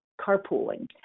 carpooling